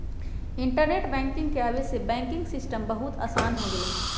internet banking के आवे से बैंकिंग सिस्टम बहुत आसान हो गेलई ह